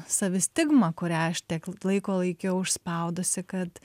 savi stigma kurią aš tiek laiko laikiau užspaudusi kad